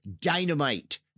Dynamite